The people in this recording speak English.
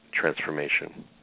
transformation